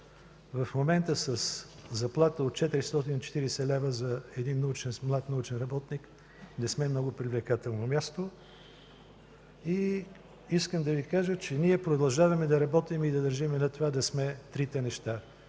В момента със заплата от 440 лв. за един млад научен работник не сме много привлекателно място. Искам да Ви кажа, че ние продължаваме да работим и държим на това да сме трите неща: